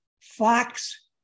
Fox